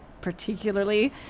particularly